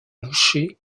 boucher